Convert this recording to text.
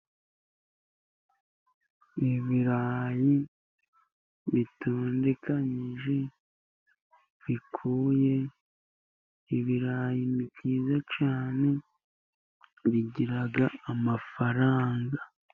Ibirayi bitondekanyije bikuye, ibirayi ni byiza cyane bigiraga amafaranga.